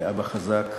לאבא חזק,